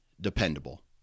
dependable